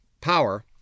power